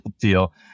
deal